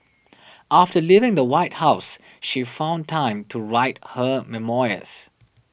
after leaving the White House she found time to write her memoirs